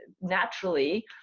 naturally